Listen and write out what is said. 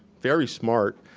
very smart,